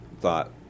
thought